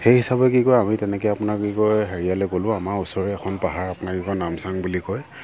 সেই হিচাপে কি কয় আমি তেনেকৈ আপোনাৰ কি কয় হেৰিয়ালৈ গ'লোঁ আমাৰ ওচৰৰে এখন পাহাৰ আপোনাৰ কি কয় নামচাং বুলি কয়